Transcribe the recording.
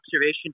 observation